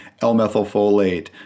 L-methylfolate